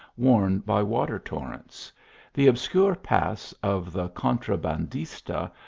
worn by water torrents the obscure paths of the contra bandista,